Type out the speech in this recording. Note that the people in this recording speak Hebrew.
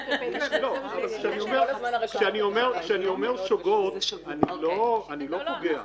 --- כשאני אומר שוגות, אני לא פוגע.